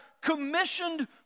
commissioned